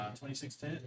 2610